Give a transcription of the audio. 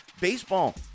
Baseball